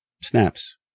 Snaps